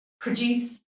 produce